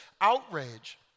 outrage